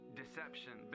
deception